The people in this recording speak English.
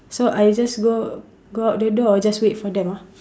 so I just go go out the door or just wait for them ah